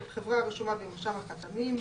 חברה הרשומה במרשם החתמים,